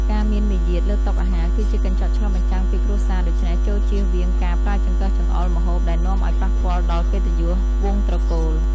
ការមានមារយាទលើតុអាហារគឺជាកញ្ចក់ឆ្លុះបញ្ចាំងពីគ្រួសារដូច្នេះចូរចៀសវាងការប្រើចង្កឹះចង្អុលម្ហូបដែលនាំឱ្យប៉ះពាល់ដល់កិត្តិយសវង្សត្រកូល។